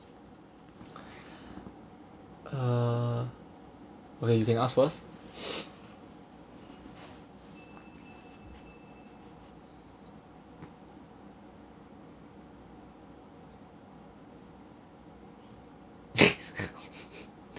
uh okay you can ask first